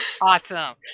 Awesome